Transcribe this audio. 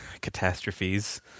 catastrophes